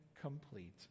complete